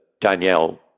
Danielle